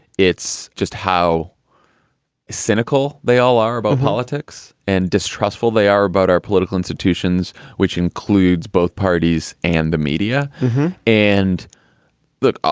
it's just how cynical they all are about politics and distrustful they are about our political institutions, which includes both parties and the media and look,